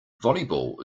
volleyball